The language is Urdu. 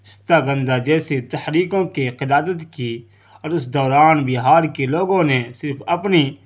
استا گندا جیسے تحریکوں کے قیادت کی اور اس دوران بہار کے لوگوں نے صرف اپنی